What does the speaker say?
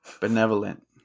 Benevolent